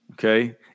Okay